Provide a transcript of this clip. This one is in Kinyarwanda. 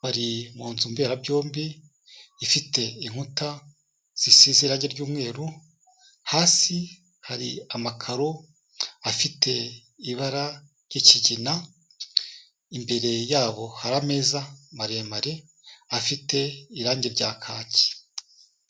bari mu nzu mberabyombi ifite inkuta zisize irange ry'umweru, hasi hari amakaro afite ibara ry'ikigina, imbere yabo hari ameza maremare afite irangi rya kaki.